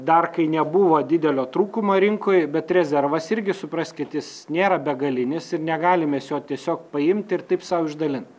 dar kai nebuvo didelio trūkumo rinkoj bet rezervas irgi supraskit jis nėra begalinis ir negalim mes jo tiesiog paimt ir taip sau išdalint